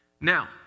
Now